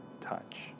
touch